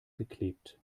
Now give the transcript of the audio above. geklebt